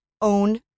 own